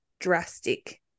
Drastic